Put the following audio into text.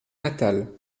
natal